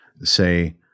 say